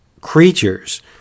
creatures